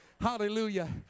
Hallelujah